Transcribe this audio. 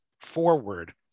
forward